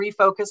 refocus